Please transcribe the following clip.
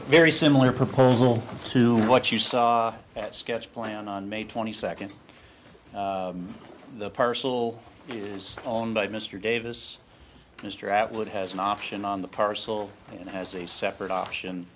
very similar proposal to what you saw at sketch plan on may twenty second the parcel is owned by mr davis mr atwood has an option on the parcel and has a separate option